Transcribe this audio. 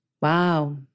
Wow